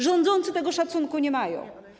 Rządzący tego szacunku nie mają.